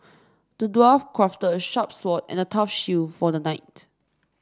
the dwarf crafted a sharp sword and a tough shield for the knight